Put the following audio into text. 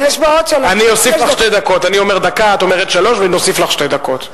אני אומר דקה, את אומרת שלוש, ונוסיף לך שתי דקות.